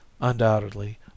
undoubtedly